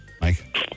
Mike